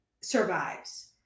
survives